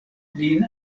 lin